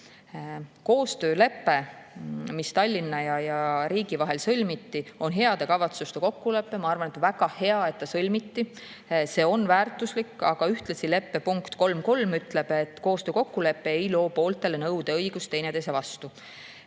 Koostöölepe, mis Tallinna ja riigi vahel sõlmiti, on heade kavatsuste kokkulepe. Ma arvan, et on väga hea, et see sõlmiti, see on väärtuslik. Aga ühtlasi ütleb leppe punkt 3.3, et koostöökokkulepe ei loo pooltele nõudeõigust teineteise vastu.